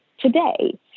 today